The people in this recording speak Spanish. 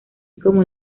como